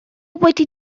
wedi